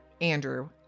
Andrew